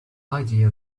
idea